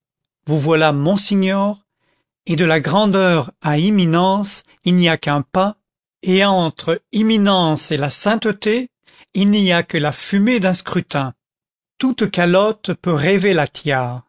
vous voilà monsignor et de la grandeur à imminence il n'y a qu'un pas et entre imminence et la sainteté il n'y a que la fumée d'un scrutin toute calotte peut rêver la